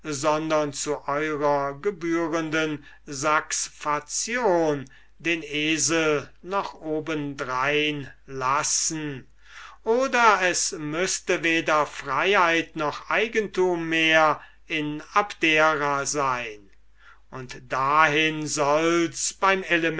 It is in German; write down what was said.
sondern zu eurer gebührenden saxfazion den esel noch obendrein lassen oder es müßte weder freiheit noch eigentum mehr in abdera sein und dahin solls beim